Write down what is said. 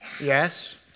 Yes